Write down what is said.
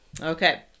Okay